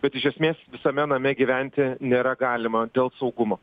bet iš esmės visame name gyventi nėra galima dėl saugumo